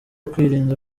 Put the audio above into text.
kwirinda